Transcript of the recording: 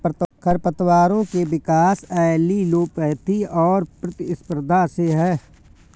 खरपतवारों के विकास एलीलोपैथी और प्रतिस्पर्धा से है